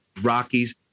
Rockies